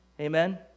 Amen